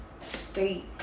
state